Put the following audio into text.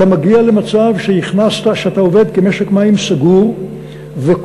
אתה מגיע למצב שאתה עובד כמשק מים סגור וכל